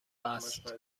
است